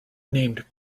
named